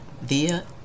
via